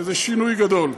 שזה שינוי גדול,